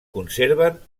conserven